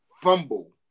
fumble